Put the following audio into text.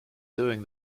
doing